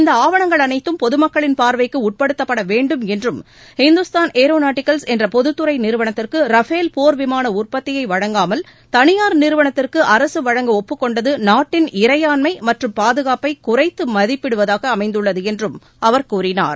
இந்த ஆவணங்கள் அனைத்தும் பொதுமக்களின் பாா்வைக்கு உட்படுத்தப்பட வேண்டும் என்றும் இந்துஸ்தான் ஏரோநாட்டிக்கல்ஸ் என்ற பொதுத்துறை நிறுவனத்திற்கு ரஃபேல் போர் விமாள உற்பத்தியை வழங்காமல் தனியா் நிறுவனத்திற்கு அரசு வழங்க ஒப்புக்கொண்டது நாட்டின் இறையாண்மை மற்றும் பாதுகாப்பை குறைத்து மதிப்பிடுவதாக அமைந்துள்ளது என்றும் அவர் கூறினார்